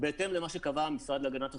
-- בהתאם למה שקבע המשרד להגנת הסביבה.